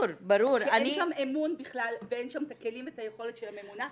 שאין שם אמון בכלל ואין שם את הכלים ואת היכולת של הממונה,